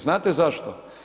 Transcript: Znate zašto?